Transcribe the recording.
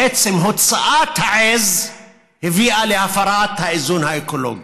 בעצם, הוצאת העז הביאה להפרת האיזון האקולוגי.